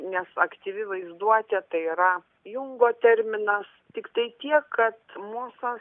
nes aktyvi vaizduotė tai yra jungo terminas tiktai tiek kad mosas